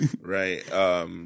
right